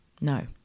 no